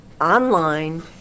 online